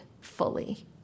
fully